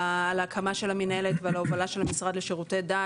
ההקמה של המינהלת ועל ההובלה של המשרד לשירותי דת.